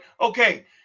Okay